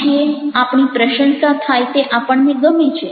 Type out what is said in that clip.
આપણી પ્રશંસા થાય તે આપણને ગમે છે